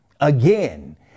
again